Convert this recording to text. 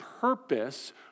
purpose